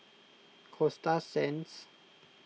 Coasta Sands